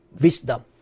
wisdom